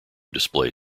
display